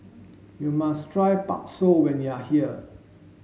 you must try Bakso when you are here